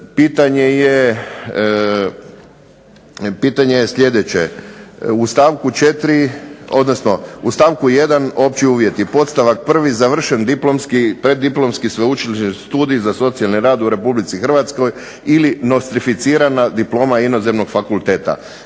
Pitanje je sljedeće, u stavku 1. opći uvjeti, podstavak 1. završen diplomski, sveučilišni studij za socijalni rad u Republici Hrvatskoj ili nostrificirana diploma inozemnog fakulteta.